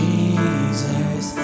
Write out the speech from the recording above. Jesus